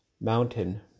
mountain